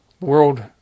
world